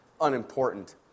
unimportant